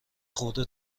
خورده